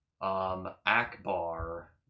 Akbar